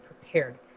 prepared